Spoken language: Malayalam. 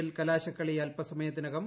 എൽ കലാശകളി അല്പ സമയത്തിനകം